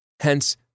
Hence